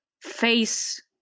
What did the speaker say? face